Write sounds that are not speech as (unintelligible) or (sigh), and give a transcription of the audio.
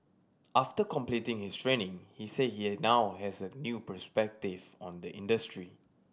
after completing his training he said he (unintelligible) now has a new perspective on the industry